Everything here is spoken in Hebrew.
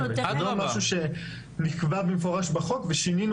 זה לא משהו שנקבע במפורש בחוק ושינינו